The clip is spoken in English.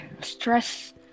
stress